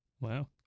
Wow